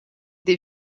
des